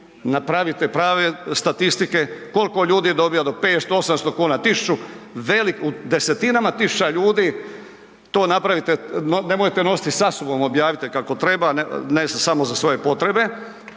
napravite prave statistike kolko ljudi dobija do 500, 800,00 kn, 1000, veliku, desetinama tisuća ljudi to napravite, nemojte nositi sa sobom, objavite kako treba, ne, ne samo za svoje potrebe.